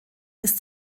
ist